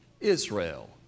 Israel